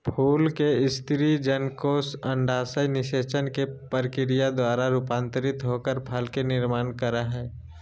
फूल के स्त्री जननकोष अंडाशय निषेचन के प्रक्रिया द्वारा रूपांतरित होकर फल के निर्माण कर हई